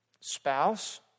spouse